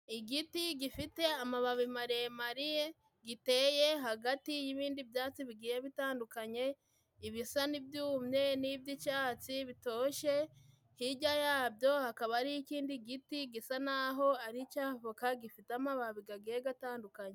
Igiti gifite amababi maremariye giteye hagati y'ibindi byatsi bigiye bitandukanye, ibisa n'ibyumye n'iby'icyatsi bitoshye, hirya yabyo hakaba ari ikindi giti gisa naho ari icya avoka, gifite amababi gagiye atandukanye.